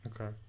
okay